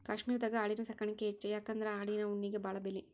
ಕಾಶ್ಮೇರದಾಗ ಆಡಿನ ಸಾಕಾಣಿಕೆ ಹೆಚ್ಚ ಯಾಕಂದ್ರ ಆಡಿನ ಉಣ್ಣಿಗೆ ಬಾಳ ಬೆಲಿ